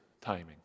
timing